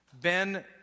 Ben